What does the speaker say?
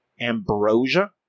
ambrosia